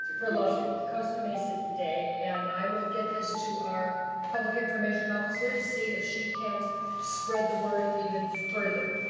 for love costa mesa day, and i will get this to our public information officer to see if she can spread the word even further.